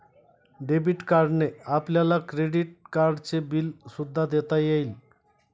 debit कार्डने आपल्याला credit कार्डचे बिल सुद्धा देता येईल